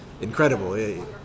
incredible